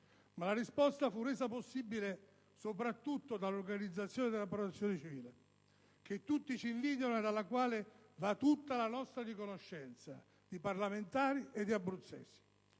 Ma la risposta fu resa possibile soprattutto dall'organizzazione della Protezione civile, che tutti ci invidiano ed alla quale va tutta la nostra riconoscenza di parlamentari e di abruzzesi;